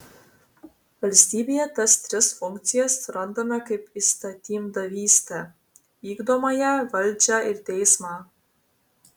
valstybėje tas tris funkcijas randame kaip įstatymdavystę vykdomąją valdžią ir teismą